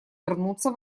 вернуться